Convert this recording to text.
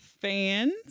fans